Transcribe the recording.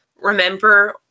remember